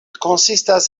konsistas